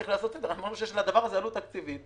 אנחנו אומרנו שיש לדבר הזה עלות תקציבית,